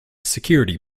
security